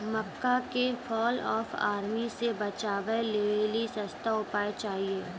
मक्का के fall of army से बचाबै लेली सस्ता उपाय चाहिए?